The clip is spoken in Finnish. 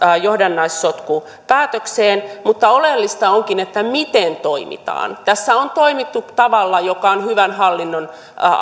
johdannaissotku päätökseen mutta oleellista onkin miten toimitaan tässä on toimittu tavalla joka on hyvän hallinnon